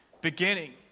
beginning